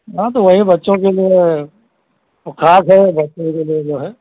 हाँ तो वही बच्चों के लिए वह है उठाकर रखने के लिए जो है